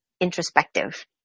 introspective